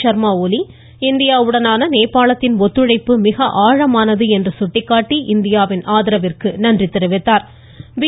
ஷர்மா ஒலி இந்தியாவுடனான நேபாளத்தின் ஒத்துழைப்பு மிக ஆழமானது என்று சுட்டிக்காட்டி இந்தியாவின் ஆதரவிற்கு நன்றி தெரிவித்தாா்